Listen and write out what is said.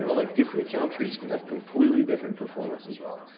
and like different countries can have completely different performance as well.